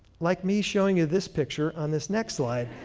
like me showing you this picture on this next slide.